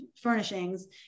furnishings